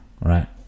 right